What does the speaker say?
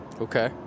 Okay